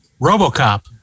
RoboCop